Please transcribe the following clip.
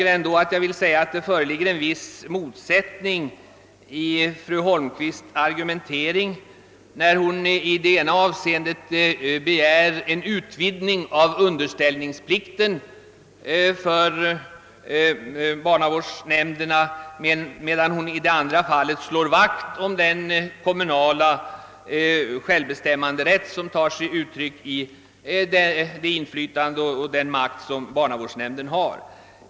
Jag anser mig ändå böra påpeka att det föreligger en viss motsättning i fru Holmqvists argumentering, när hon i det ena fallet begär en utvidgning av underställningsplikten för barnavårdsnämnderna och i det andra fallet slår vakt om den kommunala självbestämmanderätt som tar sig uttryck i det inflytande och den makt som barnavårdsnämnden har.